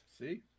See